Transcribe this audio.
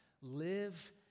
live